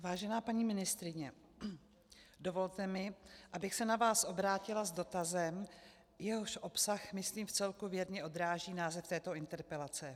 Vážená paní ministryně, dovolte mi, abych se na vás obrátila s dotazem, jehož obsah myslím vcelku odráží název této interpelace.